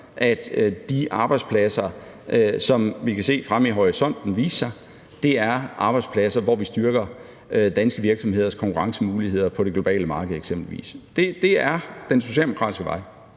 at de arbejdspladser, som vi kan se vise sig ude i horisonten, er arbejdspladser, hvor vi styrker danske virksomheders konkurrencemuligheder på det globale marked eksempelvis. Det er den socialdemokratiske vej.